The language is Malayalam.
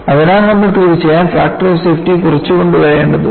അതിനാൽ നമ്മൾ തീർച്ചയായും ഫാക്ടർ ഓഫ് സേഫ്റ്റി കുറച്ച്കൊണ്ടുവരേണ്ടതുണ്ട്